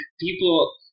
people